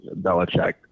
Belichick